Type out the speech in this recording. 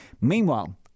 Meanwhile